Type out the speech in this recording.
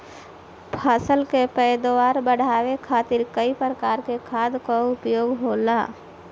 फसल के पैदावार बढ़ावे खातिर कई प्रकार के खाद कअ उपयोग होला